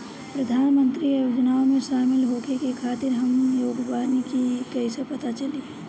प्रधान मंत्री योजनओं में शामिल होखे के खातिर हम योग्य बानी ई कईसे पता चली?